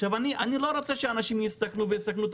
עכשיו אני לא רוצה שאנשים יסתכנו ויסכנו את